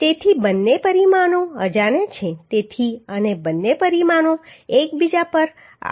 તેથી બંને પરિમાણો અજાણ્યા છે તેથી અને બંને પરિમાણો એકબીજા પર આધારિત છે